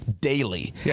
daily